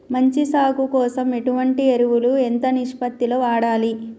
మంచి సాగు కోసం ఎటువంటి ఎరువులు ఎంత నిష్పత్తి లో వాడాలి?